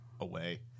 away